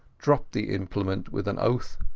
dropped the implement with an oath,